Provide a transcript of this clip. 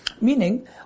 meaning